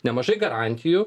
nemažai garantijų